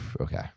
okay